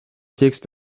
текст